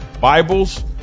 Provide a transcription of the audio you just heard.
Bibles